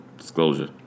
disclosure